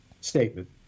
statement